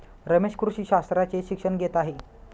रमेश कृषी शास्त्राचे शिक्षण घेत आहे